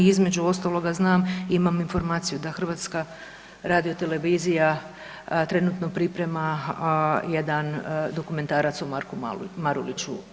Između ostaloga znam, imam informaciju da HRT trenutno priprema jedan dokumentarac o Marku Maruliću.